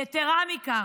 יתרה מזו,